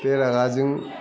बे रागाजों